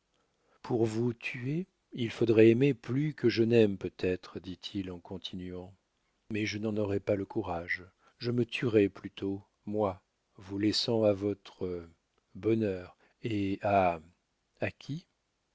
pour vous tuer il faudrait aimer plus que je n'aime peut-être dit-il en continuant mais je n'en aurais pas le courage je me tuerais plutôt moi vous laissant à votre bonheur et à à qui